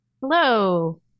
Hello